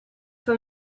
for